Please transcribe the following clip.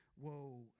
whoa